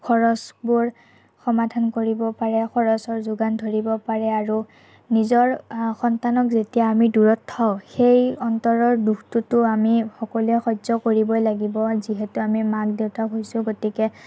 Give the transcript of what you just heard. খৰচবোৰ সমাধান কৰিব পাৰে খৰচৰ যোগান ধৰিব পাৰে আৰু নিজৰ সন্তানক যেতিয়া আমি দূৰত থওঁ সেই অন্তৰৰ দুখটোতো আমি সকলোৱে সহ্য কৰিবই লাগিব যিহেতু আমি মাক দেউতাক হৈছোঁ গতিকে